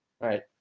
right